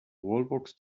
wallbox